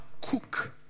cook